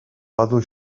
badu